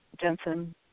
Jensen